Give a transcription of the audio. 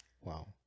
wow